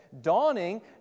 dawning